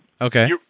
Okay